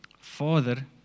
Father